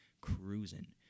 cruising